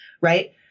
right